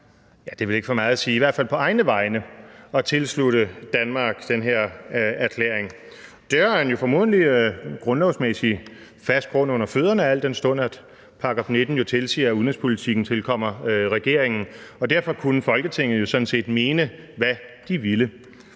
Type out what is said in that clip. er vel ikke for meget at sige på egne vegne at tilslutte Danmark den her erklæring. Han havde formentlig grundlovsmæssig fast grund under fødderne, al den stund at § 19 jo tilsiger, at udenrigspolitikken tilkommer regeringen, og derfor kunne Folketinget sådan set mene, hvad de ville